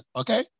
okay